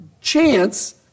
Chance